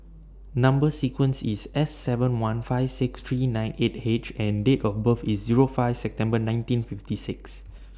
Number sequence IS S seven one five six three nine eight H and Date of birth IS Zero five September nineteen fifty six